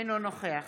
אינו נוכח